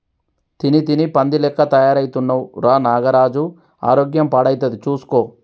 తిని తిని పంది లెక్క తయారైతున్నవ్ రా నాగరాజు ఆరోగ్యం పాడైతది చూస్కో